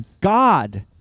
God